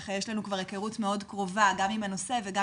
ככה יש לנו כבר הכרות מאוד קרובה גם עם הנושא וגם